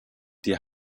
die